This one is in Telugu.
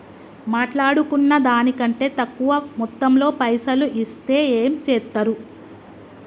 మాట్లాడుకున్న దాని కంటే తక్కువ మొత్తంలో పైసలు ఇస్తే ఏం చేత్తరు?